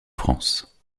france